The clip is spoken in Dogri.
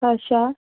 अच्छा